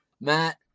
Matt